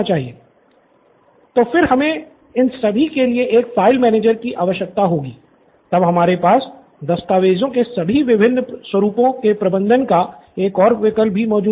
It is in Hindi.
स्टूडेंट सिद्धार्थ तो फिर हमें इन सभी के लिए एक फ़ाइल मैनेजर की आवश्यकता होगी तब हमारे पास दस्तावेज़ों के सभी विभिन्न स्वरूपों के प्रबंधन का एक और विकल्प भी मौजूद होगा